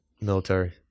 Military